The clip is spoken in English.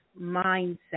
mindset